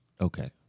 Okay